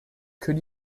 could